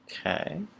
Okay